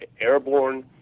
airborne